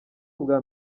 ubwa